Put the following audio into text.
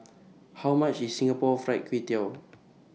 How much IS Singapore Fried Kway Tiao